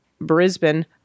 Brisbane